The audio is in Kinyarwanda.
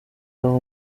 aho